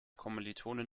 kommilitonin